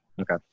Okay